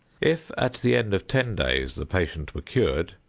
if at the end of ten days the patient were cured,